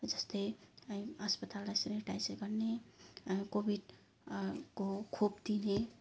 जस्तै अस्पताललाई सेनिटाइजेसन गर्ने कोविड को खोप दिने